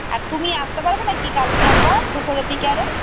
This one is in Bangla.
আর তুমি আসতে পারবে না কি কালকে একবার দুপুরে দিকে